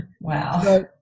Wow